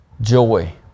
Joy